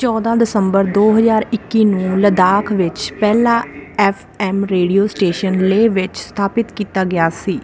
ਚੋਦਾਂ ਦਸੰਬਰ ਦੋ ਹਜ਼ਾਰ ਇੱਕੀ ਨੂੰ ਲੱਦਾਖ ਵਿੱਚ ਪਹਿਲਾ F M radio station Leh ਵਿੱਚ ਸਥਾਪਿਤ ਕੀਤਾ ਗਿਆ ਸੀ